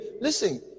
Listen